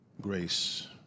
Grace